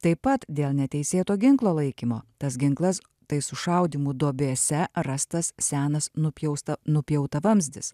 taip pat dėl neteisėto ginklo laikymo tas ginklas tai sušaudymų duobėse rastas senas nupjausta nupjautavamzdis